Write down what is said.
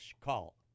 Call